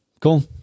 cool